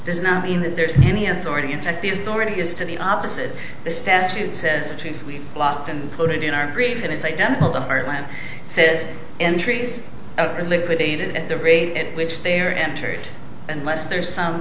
does not mean that there's any authority in fact the authority is to the opposite the statute says we blocked and put it in our brief and it's identical the heartland says entries are liquidated at the rate at which they are entered unless there's some